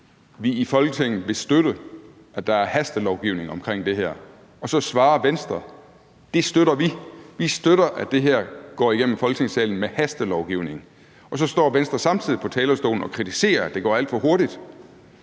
vi i Folketinget vil støtte, at der er hastelovgivning omkring det her, og så svarer Venstre: Det støtter vi – vi støtter, at det her går igennem Folketingssalen med hastelovgivning. Men så står Venstre samtidig på talerstolen og kritiserer, at det går alt for hurtigt.